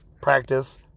practice